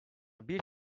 bir